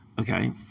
Okay